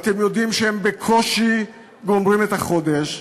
ואתם יודעים שהם בקושי גומרים את החודש,